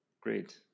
Great